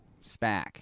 SPAC